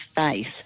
face